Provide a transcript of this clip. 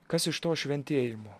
kas iš to šventėjimo